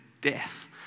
death